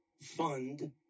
fund